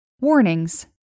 Warnings